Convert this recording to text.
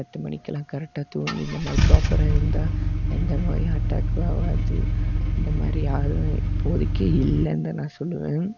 பத்து மணிக்குலாம் கரெக்டாக தூங்கி இந்தமாதிரி ப்ராப்பராக இருந்தால் எந்த நோயும் அட்டாக் ஆகாது இந்தமாதிரி யாரும் இப்போதிக்கு இல்லைன்னு தான் நான் சொல்வேன்